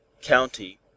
county